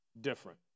different